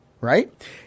right